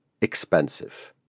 expensive